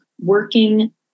working